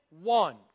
one